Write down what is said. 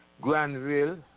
Granville